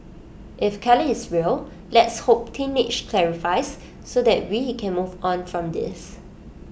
if Kelly is real let's hope teenage clarifies so that we can move on from this